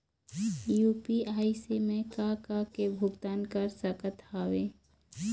UPI से मैं का का के भुगतान कर सकत हावे?